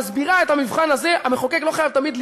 מסבירה את המבחן הזה: המחוקק לא תמיד חייב